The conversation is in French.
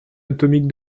atomique